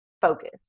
focus